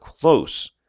close